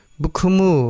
bukumu